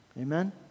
Amen